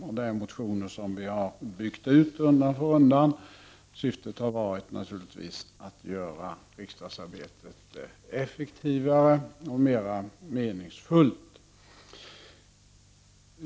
Det är motioner som vi har byggt ut undan för undan. Syftet har naturligtvis varit att göra riksdagsarbetet effektivare och mera meningsfullt.